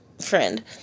friend